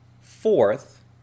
Fourth